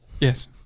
Yes